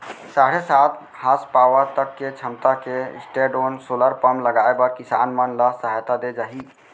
साढ़े सात हासपावर तक के छमता के स्टैंडओन सोलर पंप लगाए बर किसान मन ल सहायता दे जाही